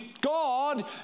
God